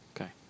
Okay